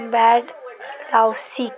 bad रावसिक